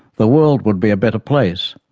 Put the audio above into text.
the world would be a better place.